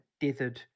dithered